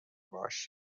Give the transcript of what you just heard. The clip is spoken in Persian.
باشیم